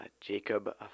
Jacob